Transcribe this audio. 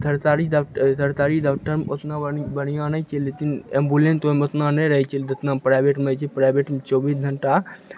सरतारी डाक्टर सरतारी डाक्टर ओतना बढ़ बढ़िआँ नहि छै लेतिन एम्बुलेन्थ ओतना ओहिमे नहि रहै छै जेतना प्राइवेटमे रहै छै प्राइवेटमे चौबीस घण्टा